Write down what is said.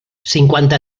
cinquanta